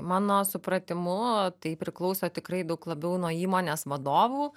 mano supratimu tai priklauso tikrai daug labiau nuo įmonės vadovų